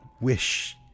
wish